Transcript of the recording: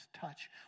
touch